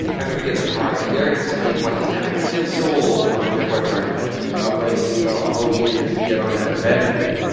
after we get in the car, derek explains why he's not still sold on joe bart's argument if i'm waiting, you know, a whole year just to get on at a factory,